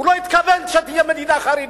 הוא לא התכוון שתהיה מדינה חרדית,